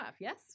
yes